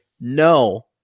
no